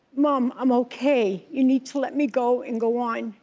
mom, i'm okay. you need to let me go and go on.